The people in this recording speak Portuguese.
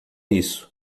isso